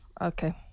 Okay